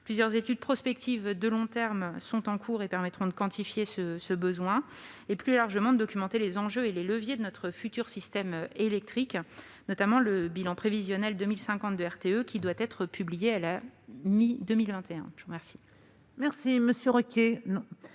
Plusieurs études prospectives de long terme sont en cours et permettront de quantifier ce besoin et, plus largement, de documenter les enjeux et les leviers de notre futur système électrique, notamment le bilan prévisionnel 2050 de RTE, lequel doit être publié à la mi-2021.